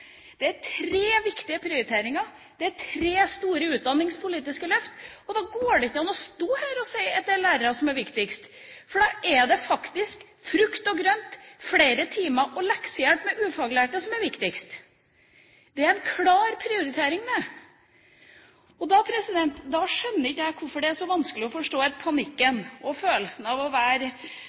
Det er tre viktige prioriteringer, det er tre store utdanningspolitiske løft. Da går det ikke an å stå her og si at det er lærere som er viktigst, for da er det faktisk frukt og grønt, flere timer og leksehjelp med ufaglærte som er viktigst. Det er en klar prioritering. Da skjønner ikke jeg hvorfor det er så vanskelig å forstå panikken og følelsen av å